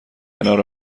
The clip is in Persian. کنار